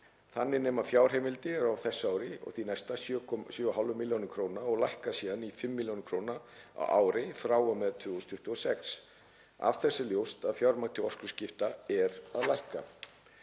Þannig nema fjárheimildir á þessu ári og því næsta 7,5 milljörðum kr. og lækka síðan í 5 milljarða kr. á ári frá og með 2026. Af þessu er ljóst að fjármagn til orkuskipta er að lækka.